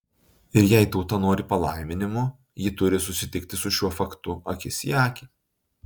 ir jei tauta nori palaiminimo ji turi susitikti su šiuo faktu akis į akį